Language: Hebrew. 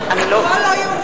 בעד ליה שמטוב,